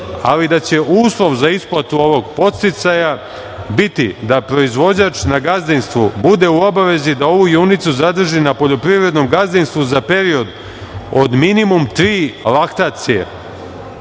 ali da će uslov za isplatu ovog podsticaja biti da proizvođač na gazdinstvu bude u obavezi da ovu junicu zadrži na poljoprivrednom gazdinstvu za period od minimum tri laktacije,